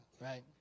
right